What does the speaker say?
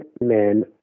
men